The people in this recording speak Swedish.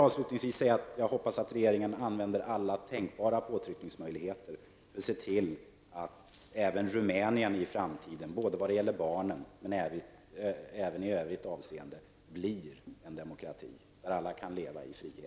Avslutningsvis hoppas jag att regeringen använder alla tänkbara påtryckningsmöjligheter för att se till att även Rumänien i framtiden, såväl när det gäller barnen som i övrigt avseende, blir en demokrati där alla kan leva i frihet.